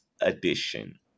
edition